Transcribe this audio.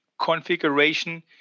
configuration